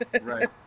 Right